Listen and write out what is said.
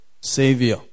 savior